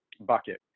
bucket